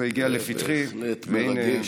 זה הגיע לפתחי, מעין, בהחלט מרגש.